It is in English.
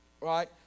right